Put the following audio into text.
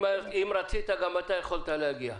אם רצית, גם אתה יכולת להגיע.